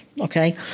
Okay